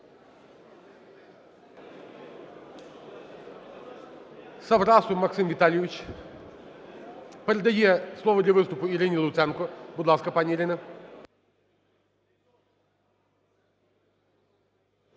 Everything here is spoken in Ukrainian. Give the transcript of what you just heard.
Саврасов Максим Віталійович передає слово для виступу Ірині Луценко. Будь ласка, пані Ірино.